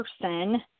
person